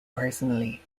personally